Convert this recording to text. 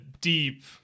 deep